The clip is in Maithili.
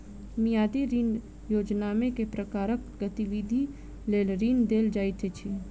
मियादी ऋण योजनामे केँ प्रकारक गतिविधि लेल ऋण देल जाइत अछि